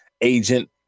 agent